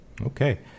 Okay